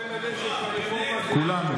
בטח הוא קיבל את הנשק ברפורמה, כולנו.